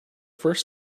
first